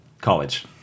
college